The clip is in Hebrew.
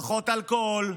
פחות אלכוהול.